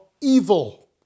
evil